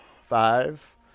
Five